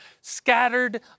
scattered